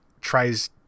tries